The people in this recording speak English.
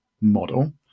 model